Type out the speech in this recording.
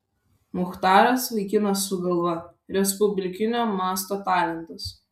muchtaras vaikinas su galva respublikinio masto talentas